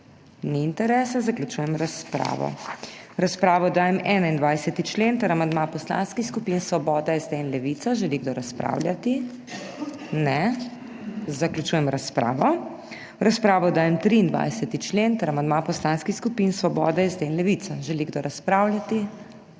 Ni interesa, zato zaključujem razpravo. V razpravo dajem 21. člen ter amandma poslanskih skupin Svoboda, SD in Levica. Želi kdo razpravljati? Ne. Zaključujem razpravo. V razpravo dajem 23. člen ter amandma poslanskih skupin Svoboda, SD in Levica. Želi kdo razpravljati? Nihče.